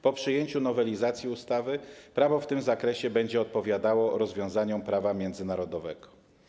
Po przyjęciu nowelizacji ustawy prawo w tym zakresie będzie odpowiadało rozwiązaniom prawa międzynarodowego.